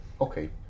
Okay